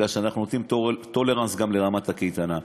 מפני שאנחנו נותנים tolerance גם לרמת הקייטנה.